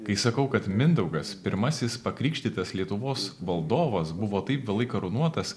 kai sakau kad mindaugas pirmasis pakrikštytas lietuvos valdovas buvo taip vėlai karūnuotas